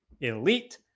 elite